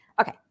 Okay